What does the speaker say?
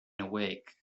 awake